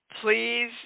please